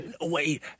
wait